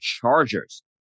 Chargers